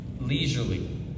Leisurely